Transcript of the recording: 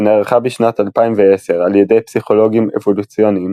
שנערכה בשנת 2010 על ידי פסיכולוגים אבולוציונים